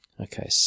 Okay